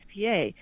SPA